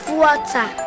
water